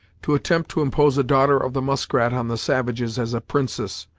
to attempt to impose a daughter of the muskrat on the savages as a princess,